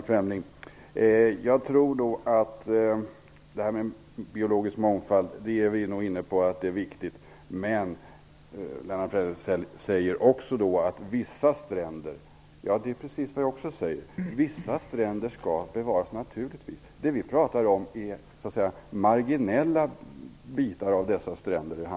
Fru talman! Detta med biologisk mångfald är viktigt. Men Lennart Fremling säger också att det gäller vissa stränder. Det är precis vad jag också säger. Vissa stränder skall naturligtvis bevaras. Vi pratar om marginella bitar av dessa stränder.